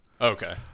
Okay